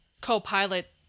co-pilot